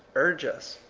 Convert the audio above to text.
urge us.